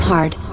Hard